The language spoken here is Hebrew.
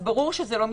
ברור שזה לא מסתדר.